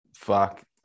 Fuck